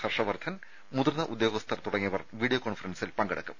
ഹർഷവർദ്ധൻ മുതിർന്ന ഉദ്യോഗസ്ഥർ തുടങ്ങിയവർ വീഡിയോ കോൺഫറൻസിൽ പങ്കെടുക്കും